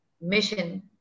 mission